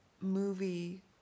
movie